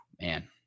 Man